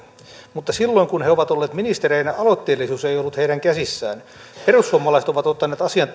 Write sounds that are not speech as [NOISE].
mutta silloin kun he ovat olleet ministereinä aloitteellisuus ei ollut heidän käsissään perussuomalaiset ovat ottaneet asian [UNINTELLIGIBLE]